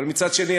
אבל מצד שני,